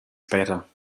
später